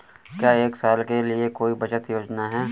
क्या एक साल के लिए कोई बचत योजना है?